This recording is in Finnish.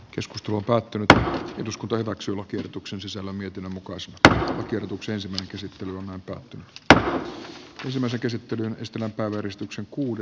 joskus tuo kaikki mitä eduskunta hyväksyi lakiehdotuksen sisällä mietinnön mukaiset tiedotuksensa käsittely alkaa tänään ensimmäisen käsittelyn estellä kannatettava lakiesitys